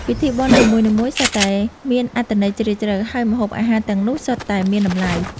ពិធីបុណ្យនីមួយៗសុទ្ធតែមានអត្ថន័យជ្រាលជ្រៅ ហើយម្ហូបអាហារទាំងនោះសុទ្ធតែមានតម្លៃ។